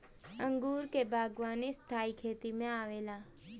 अंगूर के बागवानी स्थाई खेती में आवेला